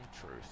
Truth